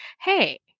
hey